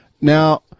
Now-